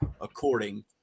according